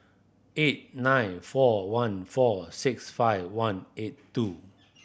eight nine four one four six five one eight two